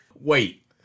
Wait